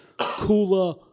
Cooler